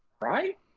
right